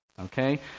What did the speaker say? okay